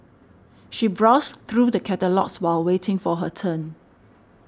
she browsed through the catalogues while waiting for her turn